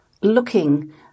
looking